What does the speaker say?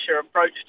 approach